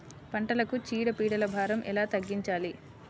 పంటలకు చీడ పీడల భారం ఎలా తగ్గించాలి?